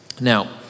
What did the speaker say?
Now